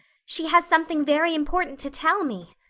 she has something very important to tell me.